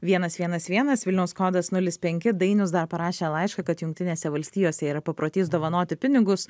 vienas vienas vienas vilniaus kodas nulis penki dainius dar parašė laišką kad jungtinėse valstijose yra paprotys dovanoti pinigus